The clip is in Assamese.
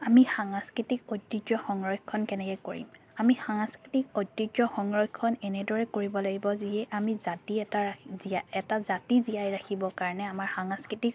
আমি সাংস্কৃতিক ঐতিহ্য সংৰক্ষণ কেনেকৈ কৰিম আমি সাংস্কৃতিক ঐতিহ্য সংৰক্ষণ এনেদৰে কৰিব লাগিব যিয়ে আমি জাতি এটাৰ ৰাখ জীয়াই এটা জাতি জীয়াই ৰাখিবৰ কাৰণে আমাৰ সাংস্কৃতিক